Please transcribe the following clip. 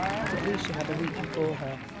but at least she had a week before her,